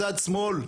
מצד שמאל,